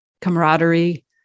camaraderie